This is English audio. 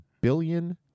billion